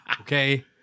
Okay